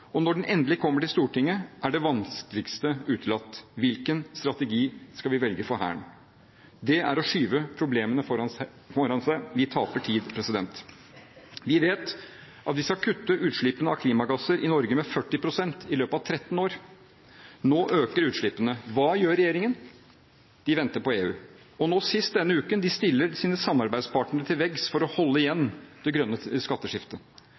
og når den endelig kommer til Stortinget, er det vanskeligste utelatt: Hvilken strategi skal vi velge for Hæren? Det er å skyve problemene foran seg. Vi taper tid. Vi vet at vi skal kutte utslippene av klimagasser i Norge med 40 pst. i løpet av 13 år. Nå øker utslippene. Hva gjør regjeringen? De venter på EU. Og nå sist denne uken: De stiller sine samarbeidspartnere til veggs for å holde igjen det grønne skatteskiftet.